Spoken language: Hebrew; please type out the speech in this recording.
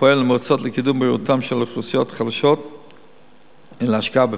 פועל נמרצות לקידום בריאותן של אוכלוסיות חלשות ולהשקעה בפריפריה.